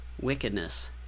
wickedness